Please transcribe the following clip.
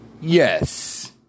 Yes